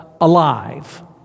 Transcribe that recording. alive